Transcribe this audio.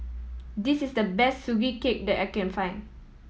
this is the best Sugee Cake that I can find